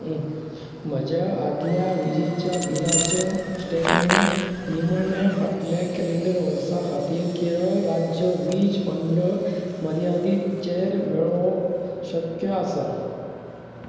म्हज्या आदल्या विजेच्या बिलाचें स्टेटमेंट निमाण फाटले कॅलेंडर वर्सा खातीर केरळ राज्य वीज पंगड मर्यादीचेर मेळोवप शक्य आसा